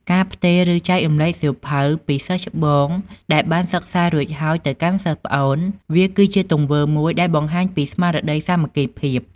ការផ្ទេរ ឬចែករំលែកសៀវភៅពីសិស្សច្បងដែលបានសិក្សារួចហើយ ទៅកាន់សិស្សប្អូន វាគឺជាទង្វើមួយដែលបង្ហាញពីស្មារតីសាមគ្គីភាព។